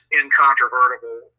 incontrovertible